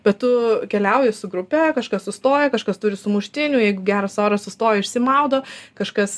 bet tu keliauji su grupe kažkas sustoja kažkas turi sumuštinių jeigu geras oras sustoja išsimaudo kažkas